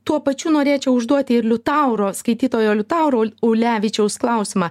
tuo pačiu norėčiau užduoti ir liutauro skaitytojo liutauro ul ulevičiaus klausimą